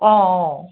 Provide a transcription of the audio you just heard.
অ অ